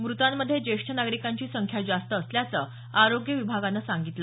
मृतांमध्ये ज्येष्ठ नागरिकांची संख्या जास्त असल्याचं आरोग्य विभागानं सांगितलं